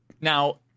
Now